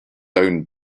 owned